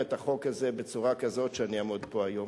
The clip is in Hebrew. את החוק הזה בצורה כזו שאני אעמוד פה היום.